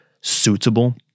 suitable